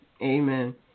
Amen